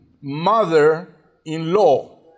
mother-in-law